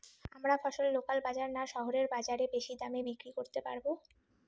আমরা ফসল লোকাল বাজার না শহরের বাজারে বেশি দামে বিক্রি করতে পারবো?